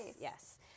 Yes